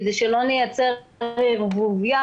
כדי שלא נייצר ערבוביה,